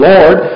Lord